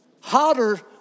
hotter